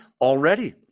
Already